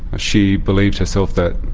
she believed herself that